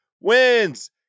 wins